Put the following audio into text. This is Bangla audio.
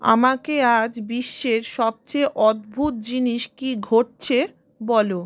আমাকে আজ বিশ্বের সবচেয়ে অদ্ভুত জিনিস কী ঘটছে বলো